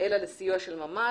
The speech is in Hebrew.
אלא לסיוע של ממש.